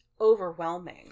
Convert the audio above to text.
overwhelming